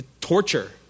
Torture